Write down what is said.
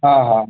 हां हां